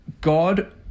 God